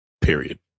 Period